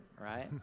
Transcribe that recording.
right